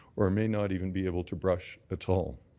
or may not even be able to brush at all.